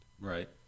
right